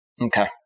Okay